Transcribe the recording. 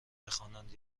بخواند